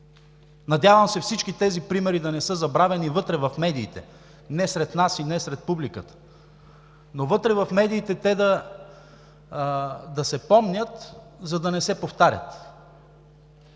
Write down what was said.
Надявам се всички тези примери да не са забравени вътре в медиите, не сред нас и не сред публиката, но вътре в медиите те да се помнят, за да не се повтарят.